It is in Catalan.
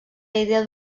idea